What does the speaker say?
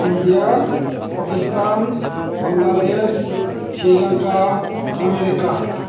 India Pakistan Bangladesh Sri Lanka America